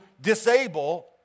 disable